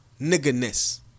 niggerness